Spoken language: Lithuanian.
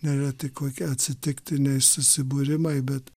nėra tik kokie atsitiktiniai susibūrimai bet